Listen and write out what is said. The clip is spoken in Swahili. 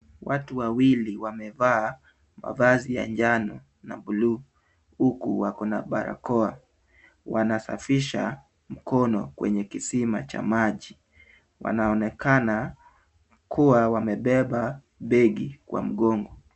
Watu wawili wamevaa mavazi ya njano na bluu huku wako na barakoa, wanasafisha mkono kwenye kisima cha maji wanaonekana kuwa wamebeba begi kwa mgongo.